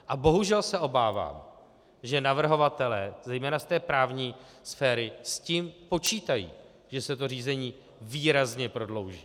A bohužel se obávám, že navrhovatelé, zejména z té právní sféry, s tím počítají, že se to řízení výrazně prodlouží.